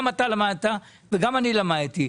גם אתה למדת וגם אני למדתי.